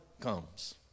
comes